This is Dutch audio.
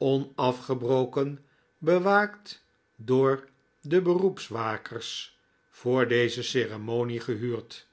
onafgebroken bewaakt door de beroepswakers voor deze ceremonie gehuurd